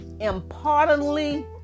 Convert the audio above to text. importantly